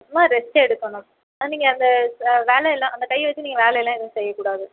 நல்லா ரெஸ்ட் எடுக்கணும் ஆனால் நீங்கள் அந்த வேலை எல்லாம் அந்த கையை வச்சு நீங்கள் வேலை எல்லாம் எதுவும் செய்ய கூடாது